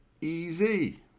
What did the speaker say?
easy